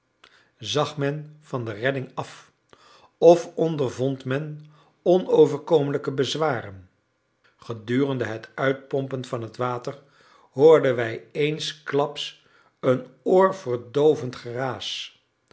zag men van de redding af of ondervond men onoverkomelijke bezwaren gedurende het uitpompen van het water hoorden wij eensklaps een oorverdoovend geraas